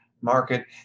market